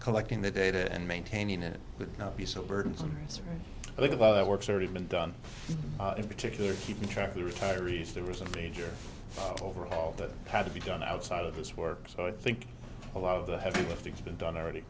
collecting the data and maintaining it would not be so burdensome and so i think about it works already been done in particular keeping track of the retirees the recent major overhaul that had to be done outside of his work so i think a lot of the heavy lifting has been done already